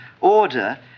order